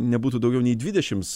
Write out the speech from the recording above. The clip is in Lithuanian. nebūtų daugiau nei dvidešims